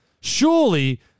surely